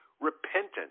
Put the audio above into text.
repentance